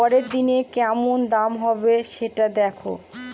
পরের দিনের কেমন দাম হবে, সেটা দেখে